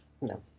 No